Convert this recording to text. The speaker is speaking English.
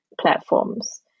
platforms